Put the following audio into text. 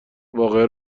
واقعه